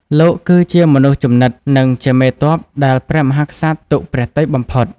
លោកគឺជាមនុស្សជំនិត និងជាមេទ័ពដែលព្រះមហាក្សត្រទុកព្រះទ័យបំផុត។